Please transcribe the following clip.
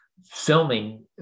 filming